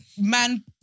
man